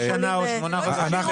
שמחכים חצי שנה או שמונה חודשים?